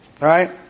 right